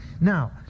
Now